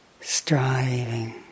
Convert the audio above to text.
striving